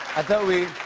i thought we